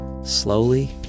Slowly